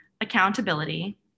accountability